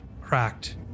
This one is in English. Cracked